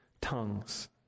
tongues